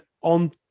on